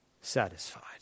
satisfied